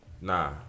Nah